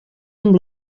amb